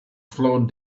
flowed